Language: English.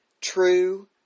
True